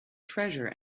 treasure